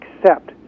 accept